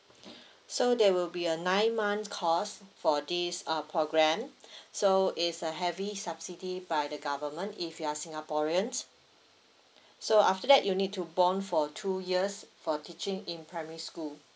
so there will be a nine months course for this uh program so it's uh heavy subsidy by the government if you are singaporeans so after that you need to bond for two years for teaching in primary school